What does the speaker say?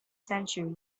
century